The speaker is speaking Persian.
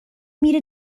میره